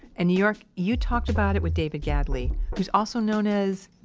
and new york, you talked about it with david gadley, who's also known as.